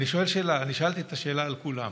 אני שאלתי את השאלה על כולם.